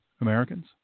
Americans